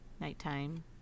Nighttime